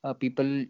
people